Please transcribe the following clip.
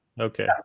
Okay